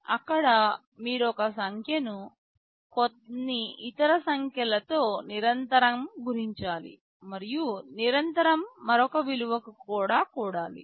అక్కడ మీరు ఒక సంఖ్యను కొన్ని ఇతర సంఖ్యలతో నిరంతరం గుణించాలి మరియు నిరంతరం మరొక విలువకు కూడాలి